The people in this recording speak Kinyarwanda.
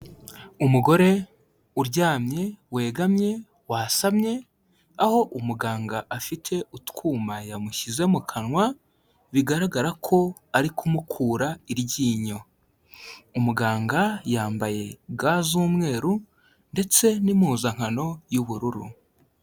Umugore uryamye, wegamye, wasamye, aho umuganga afite utwuma yamushyize mu kanwa, bigaragara ko ari kumukura iryinyo. Umuganga yambaye ga z'umweru ndetse n'impuzankano y'ubururu.